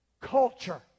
culture